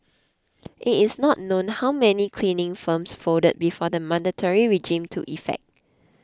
it is not known how many cleaning firms folded before the mandatory regime took effect